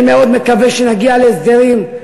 אני מאוד מקווה שנגיע להסדרים.